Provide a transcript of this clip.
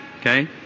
Okay